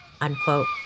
unquote